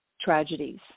tragedies